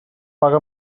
paga